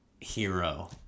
hero